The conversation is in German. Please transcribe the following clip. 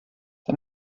der